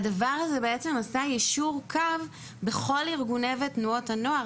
והדבר הזה יישר קו בכל ארגוני הנוער ובתנועות הנוער,